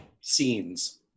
scenes